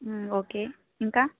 okay ఇంకా